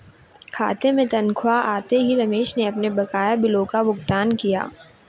खाते में तनख्वाह आते ही रमेश ने अपने बकाया बिलों का भुगतान किया